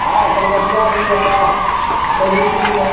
हँ कलकतिआ भी हइ कैरलुट्ठी भी हइ